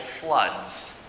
floods